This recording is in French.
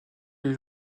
les